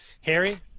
Harry